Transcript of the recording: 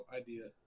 idea